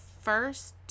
first